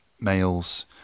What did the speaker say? Males